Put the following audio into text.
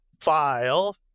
file